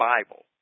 Bible